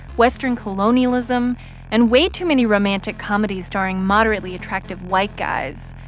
western colonialism and way too many romantic comedies starring moderately attractive white guys.